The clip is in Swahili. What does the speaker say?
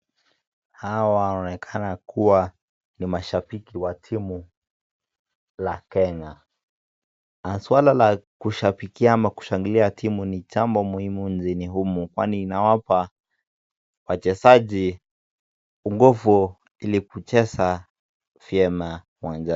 Hawa wanaonekana kuwa ni mashabiki wa timu la Kenya. Suala la kushabikia ama kushangilia timu ni jambo muhimu nchini humu, kwani inawapa wachezaji nguvu ili kucheza vyema uwanjani.